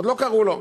עוד לא קראו לו.